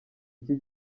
iki